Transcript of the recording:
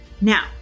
Now